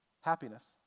Happiness